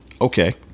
Okay